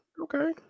Okay